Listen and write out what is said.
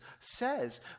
says